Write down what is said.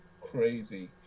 crazy